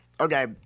okay